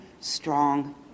strong